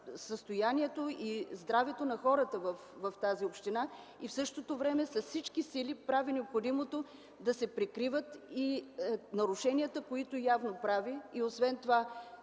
състоянието и здравето на хората в тази община. В същото време с всички сили прави необходимото да се прикриват нарушенията, които явно прави. Освен това